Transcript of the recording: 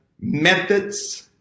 methods